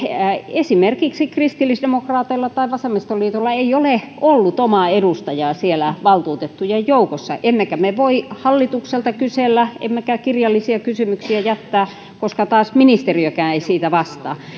esimerkiksi kristillisdemokraateilla tai vasemmistoliitolla ei ole ollut omaa edustajaa siellä valtuutettujen joukossa emmekä me voi hallitukselta kysellä emmekä kirjallisia kysymyksiä jättää koska taas ministeriökään ei siitä vastaa